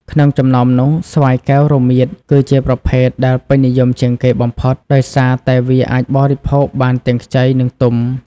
ក្នុងចំណោមនោះ ស្វាយកែវរមៀត គឺជាប្រភេទដែលពេញនិយមជាងគេបំផុត ដោយសារតែវាអាចបរិភោគបានទាំងខ្ចី និងទុំ។